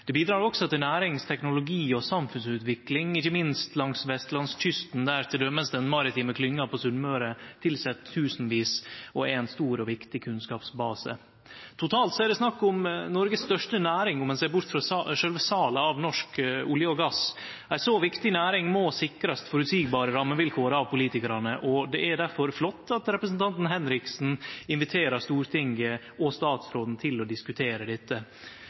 Det bidrar også til nærings-, teknologi- og samfunnsutvikling, ikkje minst langs vestlandskysten, der t.d. den maritime klyngja på Sunnmøre tilset tusenvis og er ein stor og viktig kunnskapsbase. Totalt er det snakk om Noregs største næring, om ein ser bort frå sjølve salet av norsk olje og gass. Ei så viktig næring må sikrast føreseielege rammevilkår av politikarane. Det er difor flott at representanten Henriksen inviterer Stortinget og statsråden til å diskutere dette.